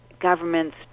government's